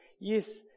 Yes